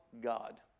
God